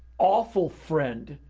awful friend,